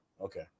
Okay